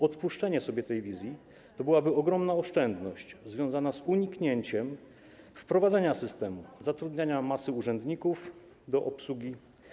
Odpuszczenie sobie tej wizji przełożyłoby się na ogromną oszczędność związaną z uniknięciem wprowadzania systemu, zatrudniania masy urzędników do jego obsługi.